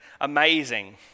amazing